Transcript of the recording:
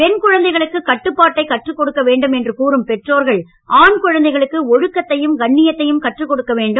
பெண் குழந்தைகளுக்கு கட்டுப்பாட்டைக் கற்றுக் கொடுக்க வேண்டும் என்று கூறும் பெற்றோர்கள் ஆண் குழந்தைகளுக்கு ஒழுக்கத்தையும் கண்ணியத்தையும் கற்றுக் கொடுக்க வேண்டும்